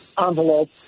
envelope